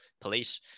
police